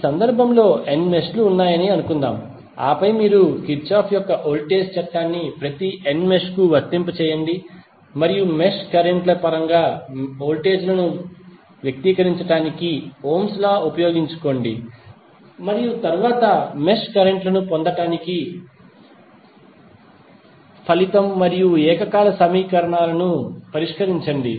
ఈ సందర్భంలో n mesh ఉన్నాయని అనుకుందాం ఆపై మీరు కిర్చాఫ్ యొక్క వోల్టేజ్ చట్టాన్ని ప్రతి n మెష్ కు వర్తింపజేయండి మరియు మెష్ కరెంట్ ల పరంగా వోల్టేజ్ లను వ్యక్తీకరించడానికి ఓమ్స్ లా ఉపయోగించుకోండి మరియు తరువాత మెష్ కరెంట్లను పొందడానికి రిజల్టింగ్ మరియు సైమల్టేనియస్ సమీకరణాలను పరిష్కరించండి